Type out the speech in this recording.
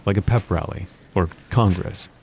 like a pep rally or congress.